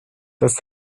das